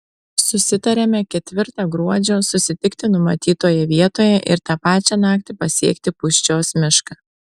susitariame ketvirtą gruodžio susitikti numatytoje vietoje ir tą pačią naktį pasiekti pūščios mišką